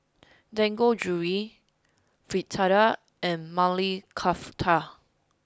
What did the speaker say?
Dangojiru Fritada and Maili Kofta